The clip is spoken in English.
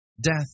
Death